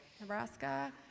Nebraska